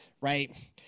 right